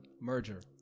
merger